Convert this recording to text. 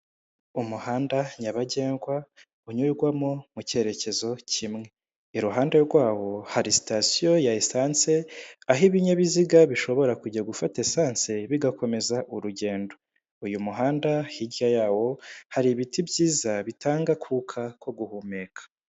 Umuhanda nyabagendwa unyurwamo mu cyerekezo kimwe. Iruhande rwawo, hari sitasiyo ya esanse, aho ibinyabiziga bishobora kujya gufata esanse bigakomeza urugendo, uyu muhanda hirya yawo, hari ibiti byiza bitanga akuka ko guhumeka.